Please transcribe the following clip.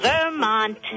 Vermont